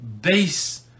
base